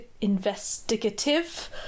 investigative